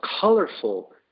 colorful